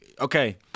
Okay